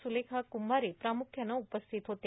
सुलेखा कुंभारे प्रामुख्याने उपस्थित होत्या